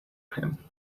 him